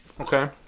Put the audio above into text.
Okay